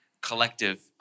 collective